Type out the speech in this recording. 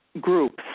groups